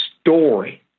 story